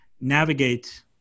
navigate